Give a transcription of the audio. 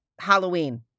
Halloween